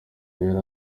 yari